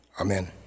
Amen